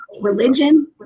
religion